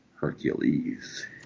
Hercules